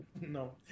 No